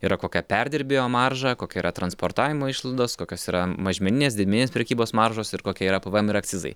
yra kokia perdirbėjo marža kokia yra transportavimo išlaidos kokios yra mažmeninės didmeninės prekybos maržos ir kokie yra pvm ir akcizai